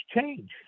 change